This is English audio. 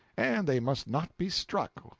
and they must not be struck,